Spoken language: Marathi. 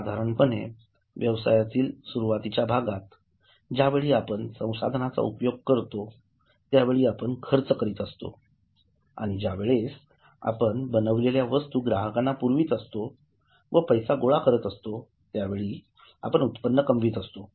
साधारणपणे व्यवसायातील सुरवातीच्या भागात ज्यावेळी आपण संसाधनांचा उपयोग करतो त्यावेळी आपण खर्च करीत असतो आणि ज्यावेळेस आपण बनविलेल्या वस्तू ग्राहकांना पुरवीत असतो व पैसे गोळा करत असतो त्यावेळी उत्पन्न कमवीत असतो